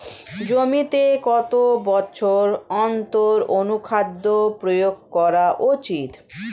জমিতে কত বছর অন্তর অনুখাদ্য প্রয়োগ করা উচিৎ?